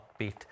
upbeat